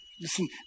Listen